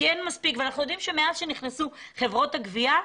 אנחנו יודעים שמאז שנכנסו בחברות הגבייה,